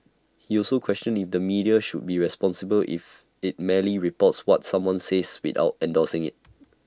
he also questioned need the media should be responsible if IT merely reports what someone says without endorsing IT